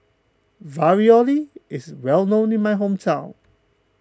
Ravioli is well known in my hometown